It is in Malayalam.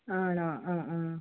ആണോ ആ ആ